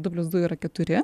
du plius du yra keturi